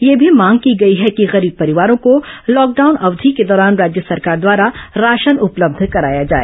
यह भी मांग की गई है कि गरीब परिवारों को लॉकडाउन अवधि के दौरान राज्य सरकार द्वारा राशन उपलब्ध कराया जाए